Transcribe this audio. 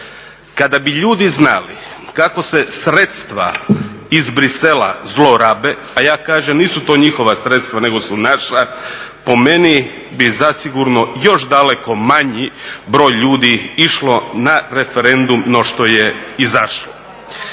Kada bi ljudi znali kako se sredstva iz Brisela zlorabe a ja kažem nisu to njihova sredstva nego su naša po meni bi zasigurno još daleko manji broj ljudi išlo na referendum no što je izašlo.